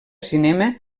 cinema